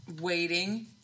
waiting